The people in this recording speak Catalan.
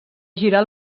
girar